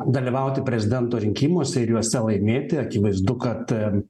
dalyvauti prezidento rinkimuose ir juose laimėti akivaizdu kad